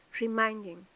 reminding